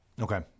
Okay